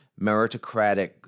meritocratic